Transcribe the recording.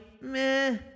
Meh